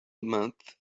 month